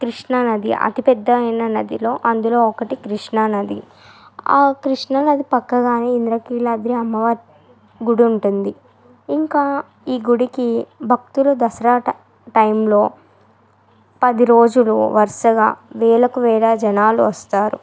కృష్ణానది అతిపెద్దదయిన నదిలో అందులో ఒకటి కృష్ణానది ఆ కృష్ణానది పక్కగానే ఇంద్రకీలాద్రి అమ్మవారి గుడి ఉంటుంది ఇంకా ఈ గుడికి భక్తులు దసరా ట్ టైంలో పదిరోజులువరుసగా వేలకువేల జనాలు వస్తారు